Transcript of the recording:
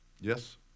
Yes